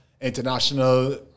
international